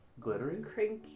glittery